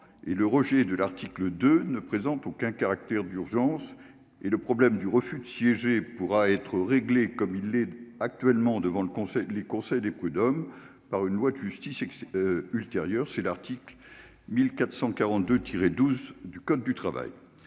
le rejet de l'article de ne présente aucun caractère d'urgence et le problème du refus de siéger pourra être réglé comme il l'est actuellement devant le Conseil, les conseils des prud'hommes par une loi de justice ultérieures, c'est l'article 1442 tiré 12 du code du travail,